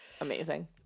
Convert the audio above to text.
Amazing